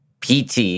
PT